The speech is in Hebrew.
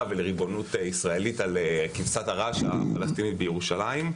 ולריבונות ישראלית על כבשת הרש הפלסטינית בירושלים.